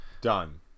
Done